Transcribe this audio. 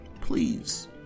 please